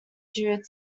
due